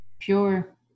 pure